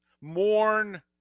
mourn